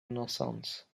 renaissance